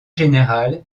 générale